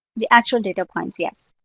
the actual data points, yes.